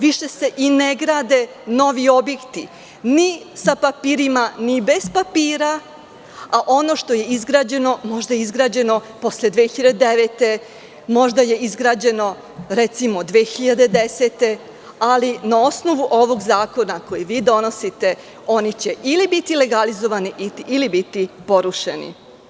Više se ne grade novi objekti, ni sa papirima, ni bez papira, a ono što je izgrađeno možda je izgrađeno posle 2009. godine, možda je izgrađeno 2010. godine, ali na osnovu ovog zakona, koji vi donosite, oni će biti ili legalizovani ili će biti porušeni.